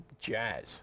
Jazz